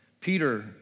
Peter